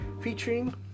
featuring